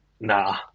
nah